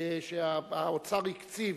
שהאוצר הקציב